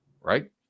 right